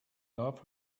love